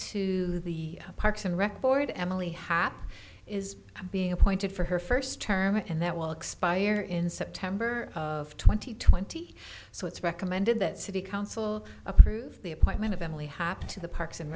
to the parks and rec board emily hat is being appointed for her first term and that will expire in september of twenty twenty so it's recommended that city council approve the appointment of emily hop to the parks and